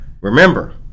remember